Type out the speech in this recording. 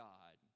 God